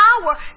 power